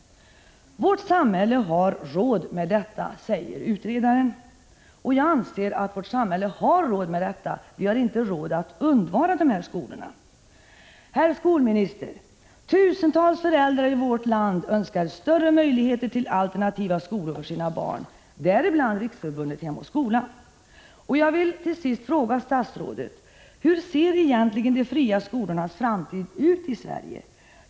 ”Vårt samhälle har råd med detta”, säger utredaren. Jag anser att vårt samhälle har råd med detta — vi har inte råd att undvara dessa skolor! Herr skolminister! Tusentals föräldrar i vårt land önskar större möjligheter till alternativa skolor för sina barn, däribland Riksförbundet Hem och skola. Jag vill till sist fråga statsrådet: Hur ser egentligen de fria skolornas framtid ut i Sverige?